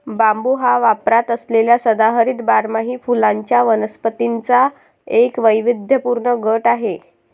बांबू हा वापरात असलेल्या सदाहरित बारमाही फुलांच्या वनस्पतींचा एक वैविध्यपूर्ण गट आहे